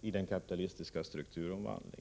i den kapitalistiska strukturomvandlingen.